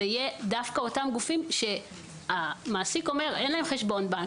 אלה יהיו דווקא אותם גופים שהמעסיק אומר שאין להם חשבון בנק,